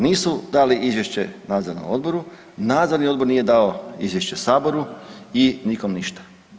Nisu dali izvješće Nadzornom odboru, Nadzorni odbor nije dao izvješće Saboru i nikom ništa.